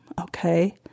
Okay